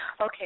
Okay